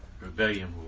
Rebellion